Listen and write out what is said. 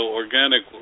organic